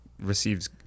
receives